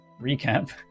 recap